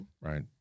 Right